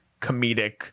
comedic